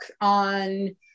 on